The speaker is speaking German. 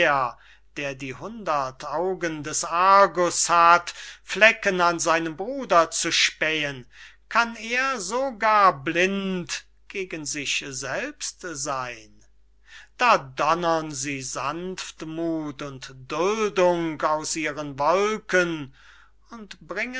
der die hundert augen des argus hat flecken an seinem bruder zu spähen kann er so gar blind gegen sich selbst seyn da donnern sie sanftmuth und duldung aus ihren wolken und bringen